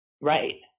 right